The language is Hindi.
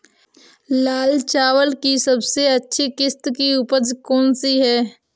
लाल चावल की सबसे अच्छी किश्त की उपज कौन सी है?